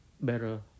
better